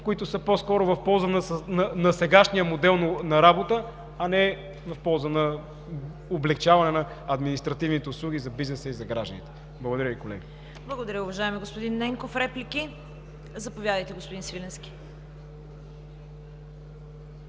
които са в полза на сегашния модел на работа, а не в полза за облекчаване на административните услуги за бизнеса и за гражданите. Благодаря Ви, колеги. ПРЕДСЕДАТЕЛ ЦВЕТА КАРАЯНЧЕВА: Благодаря, уважаеми господин Ненков. Реплики? Заповядайте, господин Свиленски.